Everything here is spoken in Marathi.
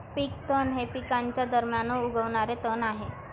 पीक तण हे पिकांच्या दरम्यान उगवणारे तण आहे